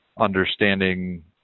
understanding